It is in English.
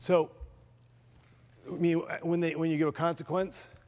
so when they when you get a consequence